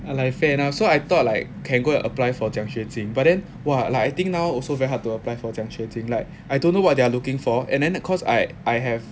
I like fair enough so I thought like can go and apply for 奖学金 but then !wah! like I think now also very hard to apply for 奖学金 like I don't know what they are looking for and then cause I I have